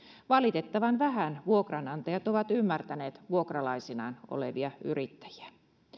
valitettavan vähän vuokranantajat ovat ymmärtäneet vuokralaisinaan olevia yrittäjiä